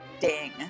ding